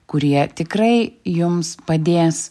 kurie tikrai jums padės